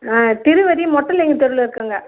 ஆ திருவடி மொட்டை லிங்க தெருவில் இருக்கிறேங்க